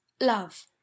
Love